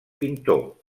pintor